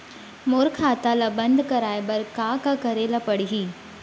मोर खाता ल बन्द कराये बर का का करे ल पड़ही?